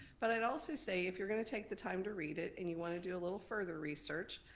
but i'd also say if you're gonna take the time to read it, and you want to do a little further research,